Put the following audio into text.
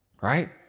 right